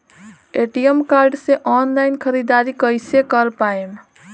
ATM card से online ख़रीदारी कइसे कर पाएम?